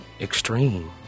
extreme